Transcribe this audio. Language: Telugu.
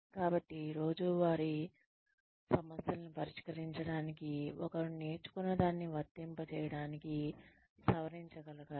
కాబట్టి సాధారణ రోజువారీ సమస్యలను పరిష్కరించడానికి ఒకరు నేర్చుకున్నదానిని వర్తింపజేయడానికి సవరించగలగాలి